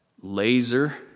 laser